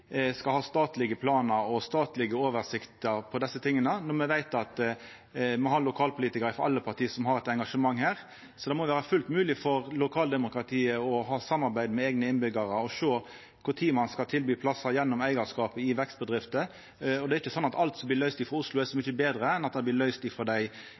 skal ha statlege planar og statlege oversikter for dette, når me veit at me har lokalpolitikarar frå alle parti som har eit engasjement her. Det må vera fullt mogleg for lokaldemokratiet å ha samarbeid med eigne innbyggjarar og sjå når ein skal tilby plassar gjennom eigarskap i vekstbedrifter. Det er ikkje sånn at alt som blir løyst frå Oslo, blir løyst så mykje betre enn det gjer i dei